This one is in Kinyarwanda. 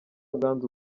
bwanze